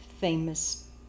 famous